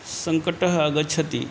सङ्कटः आगच्छति